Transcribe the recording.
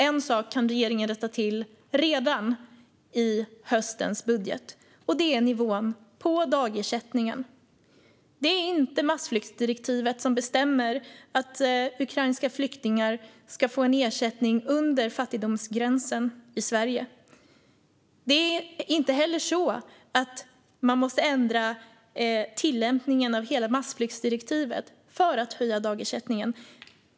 En sak kan regeringen rätta till redan i höstens budget, och det är nivån på dagersättningen. Det är inte massflyktsdirektivet som bestämmer att ukrainska flyktingar ska få en ersättning under fattigdomsgränsen i Sverige. Det är inte heller så att man måste ändra tillämpningen av hela massflyktsdirektivet för att höja dagersättningen.